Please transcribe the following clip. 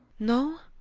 no?